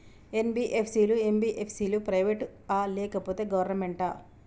NBFC లు, MBFC లు private ఆ లేకపోతే గవర్నమెంటా?